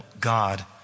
God